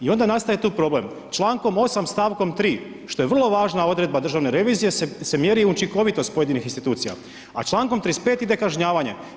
I onda nastaje tu problem, člankom 8. stavkom 3. što je vrlo važna odredba državne revizije se mjeri učinkovitost pojedinih institucija a člankom 35. ide kažnjavanje.